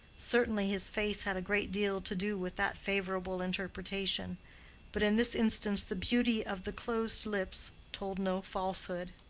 certainly his face had a great deal to do with that favorable interpretation but in this instance the beauty of the closed lips told no falsehood.